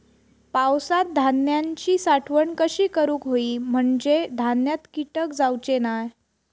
पावसात धान्यांची साठवण कशी करूक होई म्हंजे धान्यात कीटक जाउचे नाय?